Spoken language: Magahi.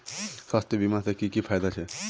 स्वास्थ्य बीमा से की की फायदा छे?